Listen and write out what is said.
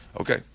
Okay